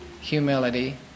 humility